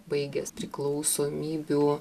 baigęs priklausomybių